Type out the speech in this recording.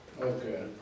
Okay